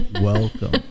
Welcome